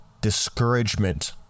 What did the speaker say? discouragement